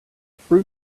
fruit